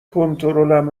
کنترلم